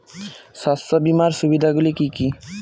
শস্য বিমার সুবিধাগুলি কি কি?